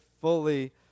fully